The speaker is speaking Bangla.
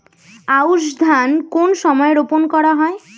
আউশ ধান কোন সময়ে রোপন করা হয়?